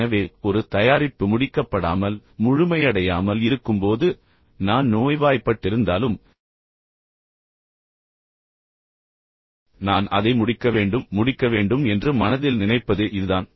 எனவே ஒரு தயாரிப்பு முடிக்கப்படாமல் முழுமையடையாமல் இருக்கும்போது நான் நோய்வாய்ப்பட்டிருந்தாலும் நான் அதை முடிக்க வேண்டும் முடிக்க வேண்டும் என்று மனதில் நினைப்பது இதுதான்